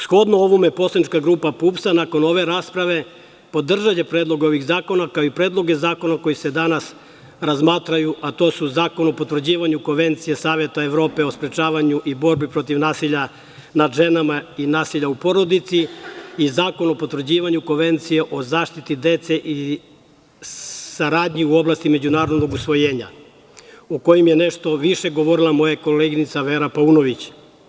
Shodno ovome, poslanička grupa PUPS nakon ove rasprave podržaće predlog ovih zakona, kao i predloge zakona koji se danas razmatraju, a to su Zakon o potvrđivanju Konvencije Saveta Evrope o sprečavanju i borbi protiv nasilja nad ženama i nasilja u porodici i Zakon o potvrđivanju Konvencije o zaštiti dece i saradnji u oblasti međunarodnog usvojenja, o kojem je nešto više govorila moja koleginica Vera Paunović.